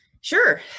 Sure